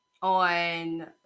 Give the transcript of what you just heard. on